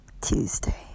Tuesday